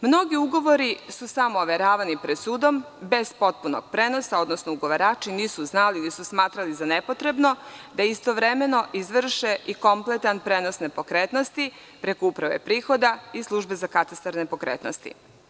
Mnogi ugovori su samo overavani pred sudom, bez potpunog prenosa, odnosno ugovarači nisu znali ili su smatrali za nepotrebno da istovremeno izvrše i kompletan prenos nepokretnosti preko Uprave prihoda i službe za katastar nepokretnosti.